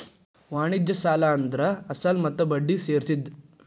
ವಾಣಿಜ್ಯ ಸಾಲ ಅಂದ್ರ ಅಸಲ ಮತ್ತ ಬಡ್ಡಿ ಸೇರ್ಸಿದ್